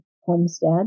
homestead